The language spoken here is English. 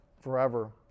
forever